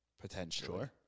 potentially